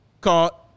Caught